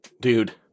dude